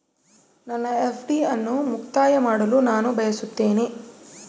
ನನ್ನ ಎಫ್.ಡಿ ಅನ್ನು ಮುಕ್ತಾಯ ಮಾಡಲು ನಾನು ಬಯಸುತ್ತೇನೆ